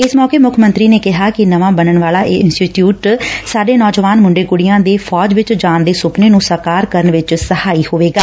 ਇਸ ਮੋਕੇ ਮੁੱਖ ਮੰਤਰੀ ਨੇ ਕਿਹਾ ਕਿ ਨਵਾ ਬਣਨ ਵਾਲਾ ਇਹ ਇੰਸਟੀਚਿਉਟ ਸਾਡੇ ਨੌਜਵਾਨ ਮੁੰਡੇ ਕੁੜੀਆਂ ਦੇ ਫੌਜ ਵਿਚ ਜਾਣ ਦੇ ਸੁਪਨੇ ਨੂੰ ਸਾਕਾਰ ਕਰਨ ਚ ਸਹਾਈ ਹੋਵੇਗਾ